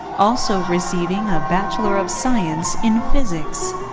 also receiving a bachelor of science in physics.